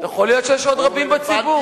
יכול להיות שיש עוד רבים בציבור,